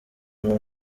muntu